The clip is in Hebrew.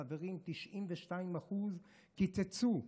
חברים, 92% קיצצו.